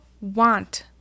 want